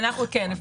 כן.